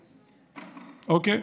אוקיי?